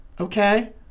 okay